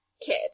kid